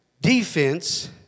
defense